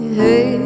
hey